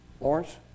Lawrence